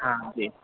हँ जी